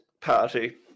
Party